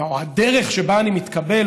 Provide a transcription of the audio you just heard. או הדרך שבה אני מתקבל